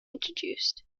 introduced